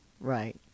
Right